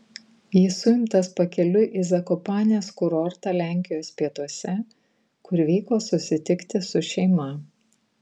jis suimtas pakeliui į zakopanės kurortą lenkijos pietuose kur vyko susitikti su šeima